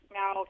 now